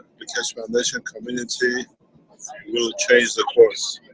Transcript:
the keshe foundation community will change the course.